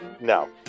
no